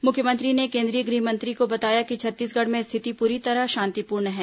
मुख्यमंत्री ने केंद्रीय गृह मंत्री को बताया कि छत्तीसगढ़ में स्थिति पूरी तरह शांतिपूर्ण है